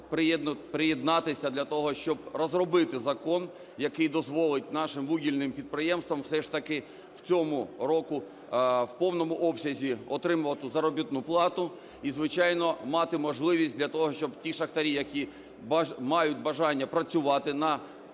приєднатися для того, щоб розробити закон, який дозволить нашим вугільним підприємствам все ж таки в цьому році в повному обсязі отримувати заробітну плату. І, звичайно, мати можливість для того, щоб ті шахтарі, які мають бажання працювати на